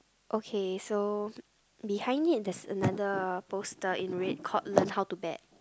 okay so behind it there's another poster in red called learn how to bat